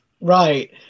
right